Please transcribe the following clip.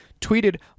tweeted